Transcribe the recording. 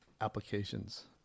applications